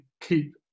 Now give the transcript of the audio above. keep